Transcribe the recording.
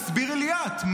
תסביר לי את,